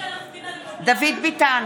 דוד ביטן,